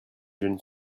jeune